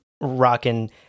rocking